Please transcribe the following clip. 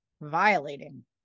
violating